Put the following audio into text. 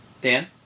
Dan